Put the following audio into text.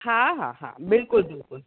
हा हा हा बिल्कुलु बिल्कुलु